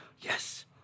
yes